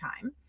time